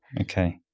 Okay